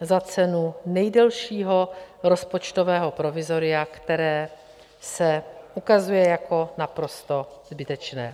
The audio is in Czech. Za cenu nejdelšího rozpočtového provizoria, které se ukazuje jako naprosto zbytečné.